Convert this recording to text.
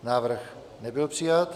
Návrh nebyl přijat.